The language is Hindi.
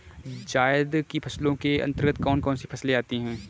जायद की फसलों के अंतर्गत कौन कौन सी फसलें आती हैं?